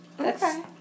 Okay